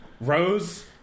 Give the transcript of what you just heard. Rose